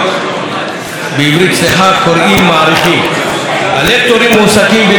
בעברית צחה: קוראים מעריכים, מועסקים בידי קרנות